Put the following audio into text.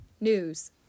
news